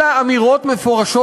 אלא אמירות מפורשות,